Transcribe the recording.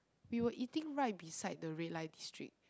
we were eating right beside the red light district